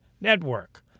network